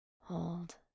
hold